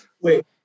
Wait